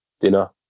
dinner